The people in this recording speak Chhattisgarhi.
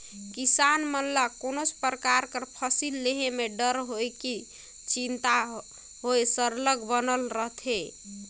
किसान मन ल कोनोच परकार कर फसिल लेहे में डर होए कि चिंता होए सरलग बनले रहथे